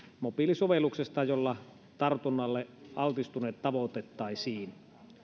mobiilisovelluksesta jolla tartunnalle altistuneet tavoitettaisiin